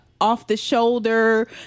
off-the-shoulder